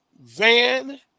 Van